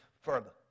further